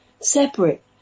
separate